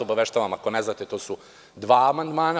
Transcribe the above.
Obaveštavam vas ako ne znate da su to dva amandmana.